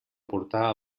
portar